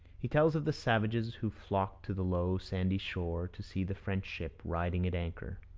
he tells of the savages who flocked to the low sandy shore to see the french ship riding at anchor.